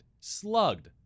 slugged